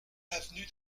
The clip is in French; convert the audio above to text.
avenue